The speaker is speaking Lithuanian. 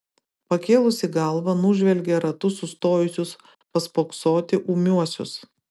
pakėlusi galvą nužvelgia ratu sustojusius paspoksoti ūmiuosius